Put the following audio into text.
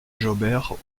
jaubert